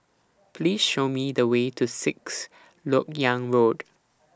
Please Show Me The Way to Sixth Lok Yang Road